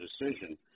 decision